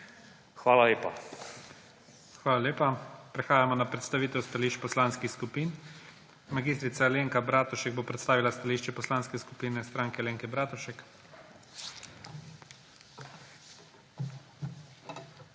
ZORČIČ: Hvala lepa. Prehajamo na predstavitev stališč poslanskih skupin. Mag. Alenka Bratušek bo predstavila stališče Poslanske skupine Stranke Alenke Bratušek. MAG.